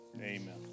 Amen